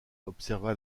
observa